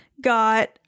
got